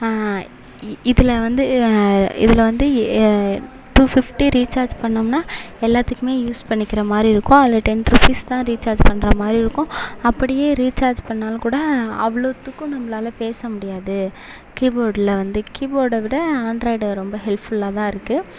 இதில் வந்து இதில் வந்து டூ ஃபிப்டி ரீசார்ஜ் பண்ணோம்னா எல்லாத்துக்கும் யூஸ் பண்ணிக்கிற மாதிரி இருக்கும் அதில் டென் ருப்பீஸ்தான் ரீசார்ஜ் பண்ணுற மாதிரி இருக்கும் அப்படியே ரீசார்ஜ் பண்ணாலும் கூட அவ்ளோதுக்கும் நம்மளால பேச முடியாது கீபோர்டில் வந்து கீபோர்டை விட ஆண்ட்ராய்டு ரொம்ப ஹெல்ப்ஃபுல்லாகதான் இருக்கு